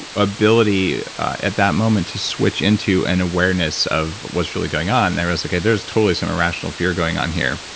ability at that moment to switch into an awareness of what's really going on. i was like, okay, there's totally some irrational fear going on here,